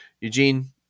Eugene